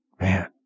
Man